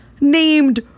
named